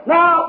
Now